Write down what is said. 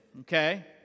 okay